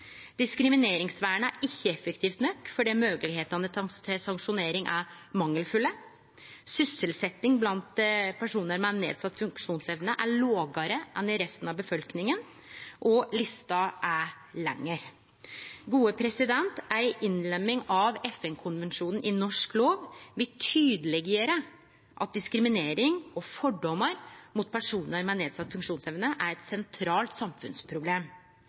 Diskrimineringsvernet er ikkje effektivt nok fordi moglegheitene til sanksjonering er mangelfulle. Sysselsetjing blant personar med nedsett funksjonsevne er lågare enn i resten av befolkninga. – Og lista er lengre. Ei innlemming av FN-konvensjonen i norsk lov vil tydeleggjere at diskriminering og fordomar mot personar med nedsett funksjonsevne er eit sentralt samfunnsproblem.